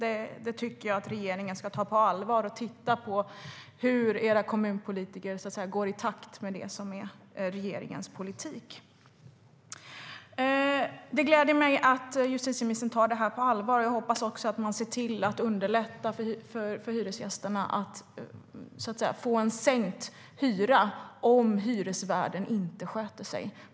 Jag tycker att regeringen ska ta utförsäljningen på allvar och titta på hur era kommunpolitiker går i takt med regeringens politik. Det gläder mig att justitieministern tar frågan på allvar. Jag hoppas också att man ser till att underlätta för hyresgästerna att få en sänkt hyra om hyresvärden inte sköter sig.